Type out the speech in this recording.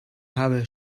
habe